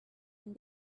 and